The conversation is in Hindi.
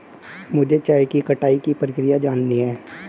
मुझे चाय की कटाई की प्रक्रिया जाननी है